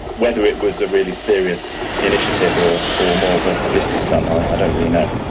whether it was a really serious initiative or or more of a publicity stunt, i don't really know.